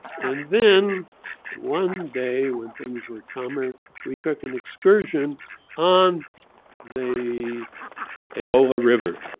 and then one day when things were calmer, we took an excursion on the ebola river.